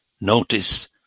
notice